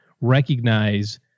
recognize